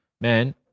Man